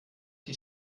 die